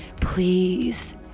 Please